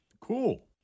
Cool